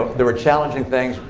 there were challenging things.